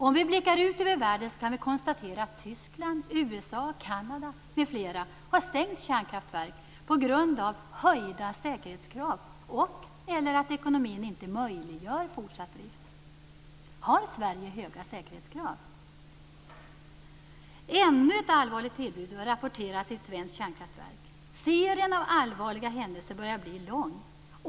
Om vi blickar ut över världen kan vi konstatera att Tyskland, USA, Kanada m.fl. har stängt kärnkraftverk på grund av höjda säkerhetskrav och/eller att ekonomin inte möjliggör fortsatt drift. Har Sverige höga säkerhetskrav? Ännu ett allvarligt tillbud har rapporterats i ett svenskt kärnkraftverk. Serien av allvarliga händelser börjar bli lång.